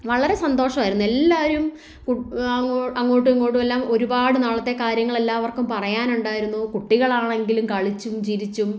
വളരെ സന്തോഷമായിരുന്നു എല്ലാവരും കുട്ട് അങ്ങോട്ടുമിങ്ങോട്ടും എല്ലാം ഒരുപാട് നാളത്തെ കാര്യങ്ങൾ എല്ലാവർക്കും പറയാനുണ്ടായിരുന്നു കുട്ടികളാണെങ്കിലും കളിച്ചും ചിരിച്ചും